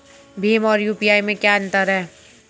भीम और यू.पी.आई में क्या अंतर है?